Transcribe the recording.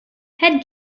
head